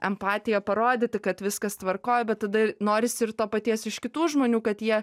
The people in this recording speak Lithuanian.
empatiją parodyti kad viskas tvarkoj bet tada norisi ir to paties iš kitų žmonių kad jie